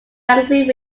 yangtze